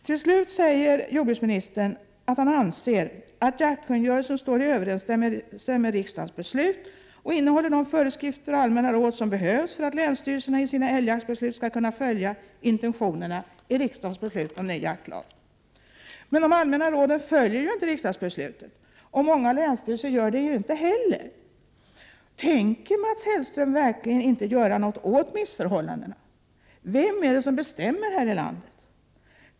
Till sist säger jordbruksministern att han anser ”att jaktkungörelsen står i överensstämmelse med riksdagens beslut och innehåller de föreskrifter och allmänna råd som behövs för att länsstyrelserna i sina älgjaktsbeslut skall kunna följa intentionerna i riksdagens beslut om ny jaktlag”. Men de allmänna råden följer ju inte riksdagsbeslutet, och många länsstyrelser gör det inte heller! Tänker Mats Hellström verkligen inte göra någonting åt missförhållandena? Vem är det som bestämmer här i landet?